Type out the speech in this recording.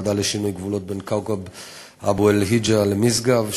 ועדה לשינוי גבולות בין כאוכב-אבו-אלהיג'א למשגב,